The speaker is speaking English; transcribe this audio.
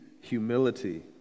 humility